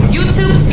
YouTube